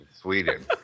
Sweden